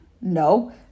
No